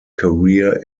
career